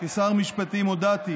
כשר משפטים, הודעתי